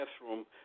bathroom